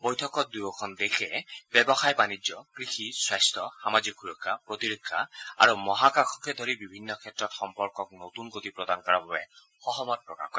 বৈঠকত দুয়ো দেশৰ মাজত ব্যৱসায় বাণিজ্য কৃষি স্বাস্থ্য আৰু সামাজিক সুৰক্ষা প্ৰতিৰক্ষা আৰু মহাকাশকে ধৰি বিভিন্ন ক্ষেত্ৰত সম্পৰ্কৰ নতুন গতি প্ৰদান কৰাৰ বাবে সহমত প্ৰকাশ কৰে